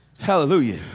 Hallelujah